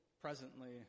presently